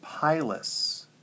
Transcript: pilus